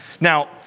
Now